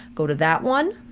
go to that one,